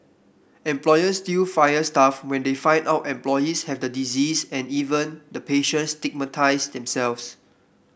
employers still fire staff when they find out an employees have the disease and even the patients stigmatise themselves